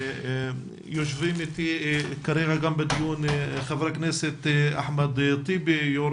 יושבים איתי כרגע בדיון ח"כ אחמד טיבי יו"ר